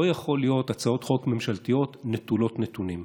לא יכולות להיות הצעות חוק ממשלתיות נטולות נתונים.